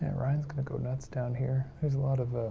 and ryan's gonna go nuts down here. there's a lot of